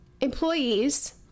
Employees